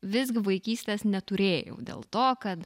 visgi vaikystės neturėjau dėl to kad